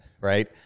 right